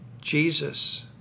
Jesus